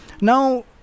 Now